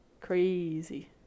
Crazy